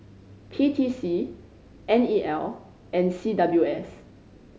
P T C N E L and C W S